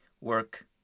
work